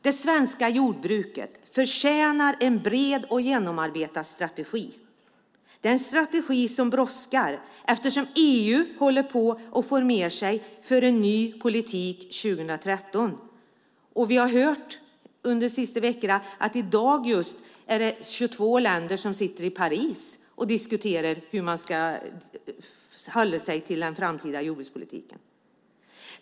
Det svenska jordbruket förtjänar en bred och genomarbetad strategi. Det är en strategi som brådskar, eftersom EU håller på att formera sig inför en ny politik 2013. Vi har hört under de senaste veckorna att företrädare för 22 länder sitter i Paris och diskuterar hur man ska förhålla sig till den framtida jordbrukspolitiken.